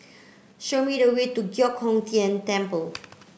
show me the way to Giok Hong Tian Temple